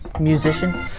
Musician